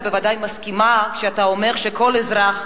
בוודאי מסכימה כשאתה אומר שכל אזרח,